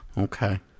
Okay